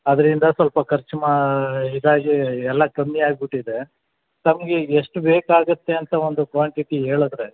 ಅದರಿಂದ ಸ್ವಲ್ಪ ಖರ್ಚು ಮಾ ಇದಾಗಿ ಎಲ್ಲ ಕಮ್ಮಿಯಾಗಿಬಿಟ್ಟಿದೆ ತಮ್ಗೆ ಈಗ ಎಷ್ಟು ಬೇಕಾಗುತ್ತೆ ಅಂತ ಒಂದು ಕ್ವಾಂಟಿಟಿ ಹೇಳಿದ್ರೆ